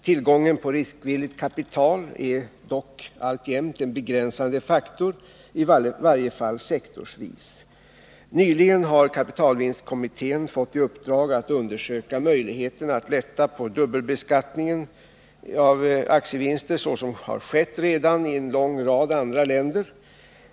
Tillgången på riskvilligt kapital är dock alltjämt en begränsande faktor i varje fall sektorsvis. Nyligen har kapitalvinstkommittén fått i uppdrag att undersöka möjligheterna att lätta på dubbelbeskattningen av aktievinster såsom har skett redan i en rad andra länder.